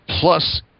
Plus